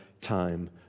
time